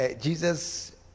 jesus